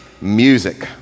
music